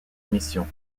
mission